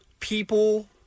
People